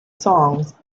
songs